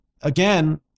again